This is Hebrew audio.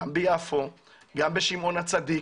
גם ביפו, גם בשמעון הצדיק.